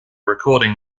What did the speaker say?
recording